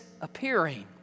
appearing